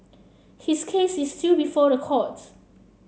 his case is still before the courts